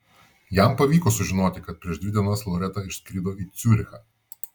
jam pavyko sužinoti kad prieš dvi dienas loreta išskrido į ciurichą